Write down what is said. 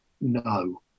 no